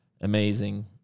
amazing